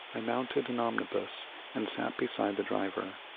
i mounted an omnibus and sat beside the driver,